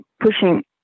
pushing